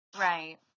Right